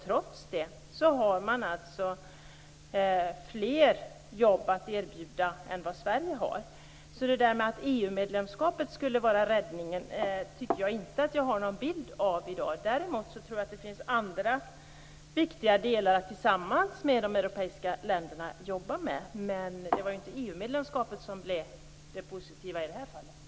Trots det har man fler jobb att erbjuda än vad Sverige har. Jag har inte bilden att EU-medlemskapet skulle vara räddningen. Däremot tror jag att det finns andra viktiga delar att jobba med tillsammans med de europeiska länderna. EU-medlemskapet var inte det positiva i detta fall.